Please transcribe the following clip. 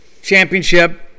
Championship